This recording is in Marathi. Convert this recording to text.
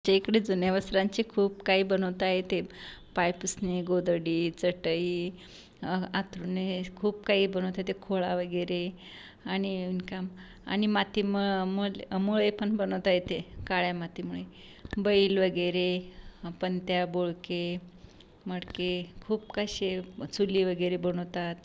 चे इकडे जुन्या वस्त्रांचे खूप काही बनवता येते पायपुसणे गोधडी चटई अंथरूणे खूप काही बनवता येते खोळा वगैरे आणि आणि माती म म मुळे पण बनवता येते काळ्या मातीमुळे बैल वगैरे पण त्या बोळके मटके खूप काय शेप चुली वगेरे बनवतात